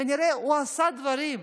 כנראה הוא עשה דברים,